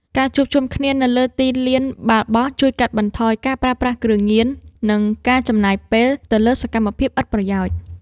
ការជួបជុំគ្នានៅលើទីលានបាល់បោះជួយកាត់បន្ថយការប្រើប្រាស់គ្រឿងញៀន និងការចំណាយពេលទៅលើសកម្មភាពឥតប្រយោជន៍។